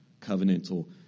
covenantal